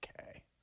okay